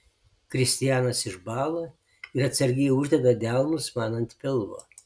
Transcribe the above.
kristijanas išbąla ir atsargiai uždeda delnus man ant pilvo